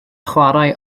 chwarae